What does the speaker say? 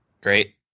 Great